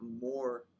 more